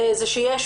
זה שיש